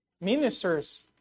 Ministers